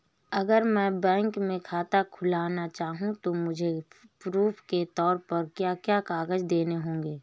अगर मैं बैंक में खाता खुलाना चाहूं तो मुझे प्रूफ़ के तौर पर क्या क्या कागज़ देने होंगे?